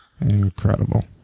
Incredible